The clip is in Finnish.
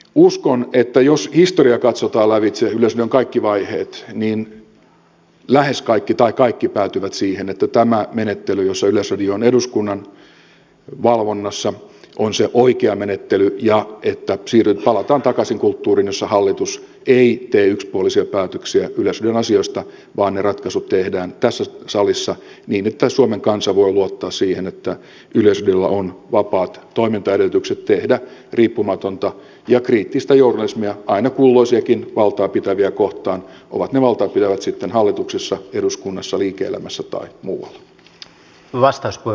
uskon että jos historia katsotaan lävitse yleisradion kaikki vaiheet niin lähes kaikki tai kaikki päätyvät siihen että tämä menettely jossa yleisradio on eduskunnan valvonnassa on se oikea menettely ja että palataan takaisin kulttuuriin jossa hallitus ei tee yksipuolisia päätöksiä yleisradion asioista vaan ne ratkaisut tehdään tässä salissa niin että suomen kansa voi luottaa siihen että yleisradiolla on vapaat toimintaedellytykset tehdä riippumatonta ja kriittistä journalismia aina kulloisiakin valtaa pitäviä kohtaan ovat ne valtaa pitävät sitten hallituksessa eduskunnassa liike elämässä tai muualla